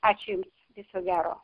ačiū jums viso gero